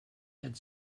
had